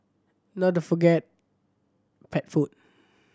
not to forget pet food